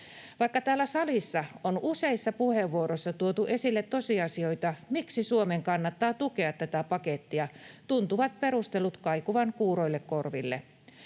Vaikka täällä salissa on useissa puheenvuoroissa tuotu esille tosiasioita, miksi Suomen kannattaa tukea tätä pakettia, tuntuvat perustelut kaikuvan kuuroille korville.